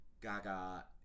Gaga